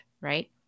right